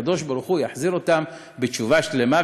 שהקדוש-ברוך-הוא יחזיר אותם בתשובה שלמה,